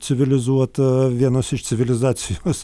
civilizuota vienos iš civilizacijos